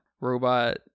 robot